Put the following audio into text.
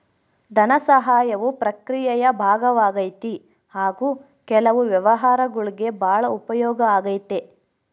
ಧನಸಹಾಯವು ಪ್ರಕ್ರಿಯೆಯ ಭಾಗವಾಗೈತಿ ಹಾಗು ಕೆಲವು ವ್ಯವಹಾರಗುಳ್ಗೆ ಭಾಳ ಉಪಯೋಗ ಆಗೈತೆ